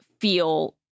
feel